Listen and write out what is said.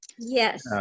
Yes